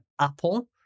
Apple